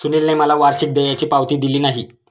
सुनीलने मला वार्षिक देयाची पावती दिली नाही